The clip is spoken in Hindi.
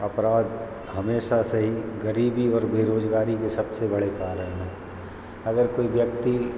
अपराध हमेशा से ही ग़रीबी और बेरोज़गारी के सबसे बड़े कारण हैं अगर कोई व्यक्ति